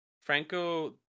franco